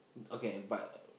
okay but